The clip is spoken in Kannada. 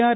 ಆರ್